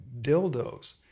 dildos